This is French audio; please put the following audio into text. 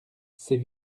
c’est